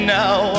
now